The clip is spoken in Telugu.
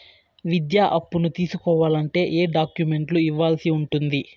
విద్యా అప్పును తీసుకోవాలంటే ఏ ఏ డాక్యుమెంట్లు ఇవ్వాల్సి ఉంటుంది